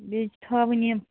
بیٚیہِ چھِ تھاوٕنۍ یِم